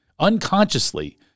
unconsciously